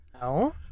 No